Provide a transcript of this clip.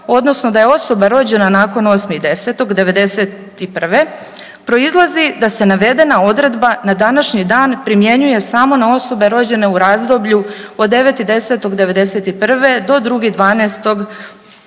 odnosno da je osoba rođena nakon 8.10.'91. proizlazi da se navedena odredba na današnji dan primjenjuje samo na osobe rođene u razdoblju od 9.10.'91. do